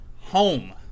home